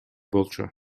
болчу